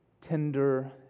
tender